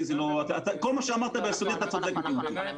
כל מה שאמרת ביסודי אתה צודק מבחינתי,